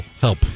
help